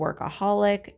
workaholic